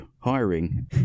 hiring